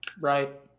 right